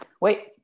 Wait